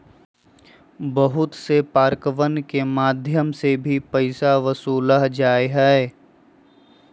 बहुत से पार्कवन के मध्यम से भी पैसा वसूल्ल जाहई